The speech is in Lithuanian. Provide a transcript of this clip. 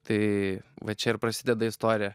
tai va čia ir prasideda istorija